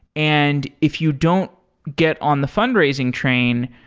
and if you don't get on the fundraising train,